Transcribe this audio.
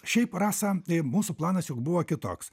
šiaip rasa mūsų planas juk buvo kitoks